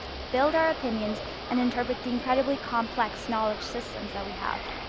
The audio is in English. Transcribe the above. build our opinions and interpret the incredibly complex knowledge systems that we have.